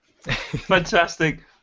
Fantastic